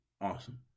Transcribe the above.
Awesome